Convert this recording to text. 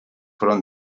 fueron